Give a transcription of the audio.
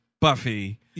Buffy